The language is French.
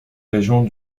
régions